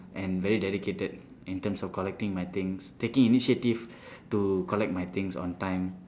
and very dedicated in terms of collecting my things taking initiative to collect my things on time